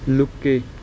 ਲੁਕ ਕੇ